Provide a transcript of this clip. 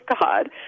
God